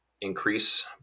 increase